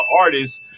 artists